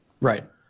Right